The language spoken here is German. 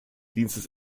dienstes